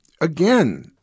Again